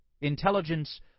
Intelligence